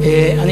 היושב-ראש,